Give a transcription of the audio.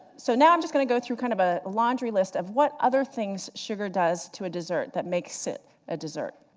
so now i'm just going to go through kind of a laundry list of what other things sugar does to a desert that makes it a desert.